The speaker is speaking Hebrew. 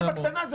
זה בקטנה,